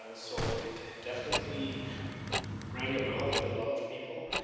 um so it definitely rang a bell with a lot of people.